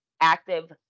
active